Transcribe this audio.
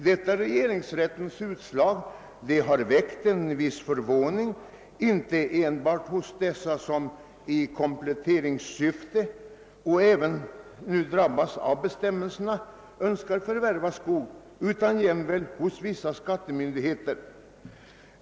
Detta regeringsrättens utslag har väckt en viss förvåning inte bara hos den som i kompletteringssyfte önskar förvärva skog utan jämväl hos vissa skattemyndigheter.